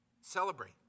Celebrate